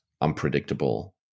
unpredictable